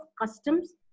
customs